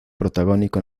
protagónico